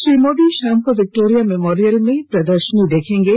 श्री मोदी शाम को Victoria Memorial में प्रदर्शनी देखेंगे